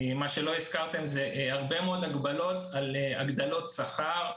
מה שלא הזכרתם זה הרבה מאוד הגבלות על הגדלות שכר.